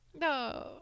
No